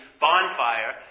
bonfire